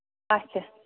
اَچھا